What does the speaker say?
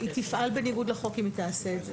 היא תפעל בניגוד לחוק אם היא תעשה את זה.